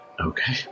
okay